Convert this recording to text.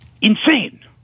insane